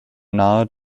nahe